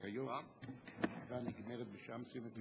רק היום המליאה נגמרת בשעה מסוימת.